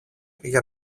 για